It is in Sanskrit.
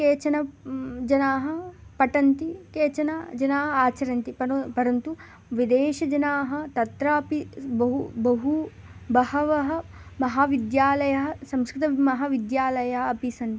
केचन जनाः पठन्ति केचनजनाः आचरन्ति पर परन्तु विदेशीजनाः तत्रापि बहु बहु बहवः महाविद्यालयाः संस्कृतमहाविद्यालयाः अपि सन्ति